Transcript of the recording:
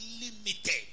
limited